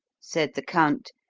said the count,